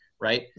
right